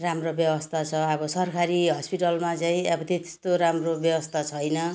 राम्रो व्यवस्था छ अब सरकारी हस्पिटलमा चाहिँ अब त्यस्तो राम्रो व्यवस्था छैन